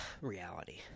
reality